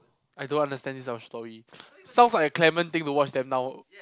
I don't understand this type of story sounds like a Clement thing to watch that now